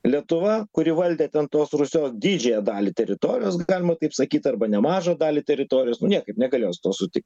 lietuva kuri valdė ten tos rusios didžiąją dalį teritorijos galima taip sakyti arba nemažą dalį teritorijos nu niekaip negalėjo su tuo sutikti